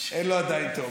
אין לו עדיין תאומים.